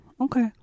okay